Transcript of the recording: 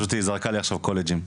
היא זרקה פה קולג'ים,